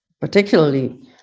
particularly